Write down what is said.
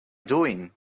doing